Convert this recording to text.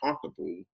comfortable